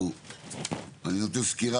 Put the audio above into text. אני נותן סקירה,